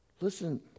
listen